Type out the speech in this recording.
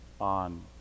on